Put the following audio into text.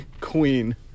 queen